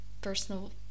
personal